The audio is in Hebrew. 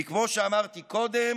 כי כמו שאמרתי קודם,